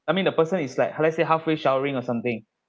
I mean the person is like let's say halfway showering or something